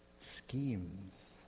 schemes